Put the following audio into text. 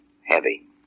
Heavy